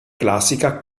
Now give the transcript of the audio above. classica